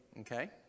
Okay